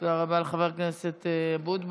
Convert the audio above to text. תודה רבה לחבר הכנסת אבוטבול.